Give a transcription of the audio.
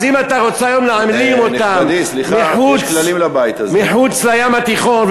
אז אם אתה רוצה היום להעלים אותם מחוץ לים התיכון,